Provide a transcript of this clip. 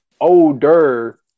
older